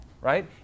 right